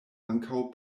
ankaŭ